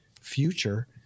future